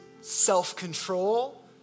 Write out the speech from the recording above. self-control